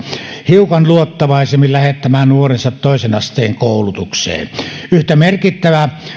hiukan luottavaisemmin lähettämään nuorensa toisen asteen koulutukseen yhtä merkittävä